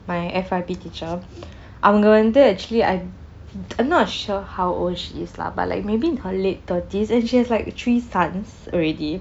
my F_Y_P teacher அவங்க வந்து:avanka vanthu actually I'm not sure how old she is lah but like maybe in her late thirties and she has like three sons already